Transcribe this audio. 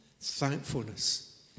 thankfulness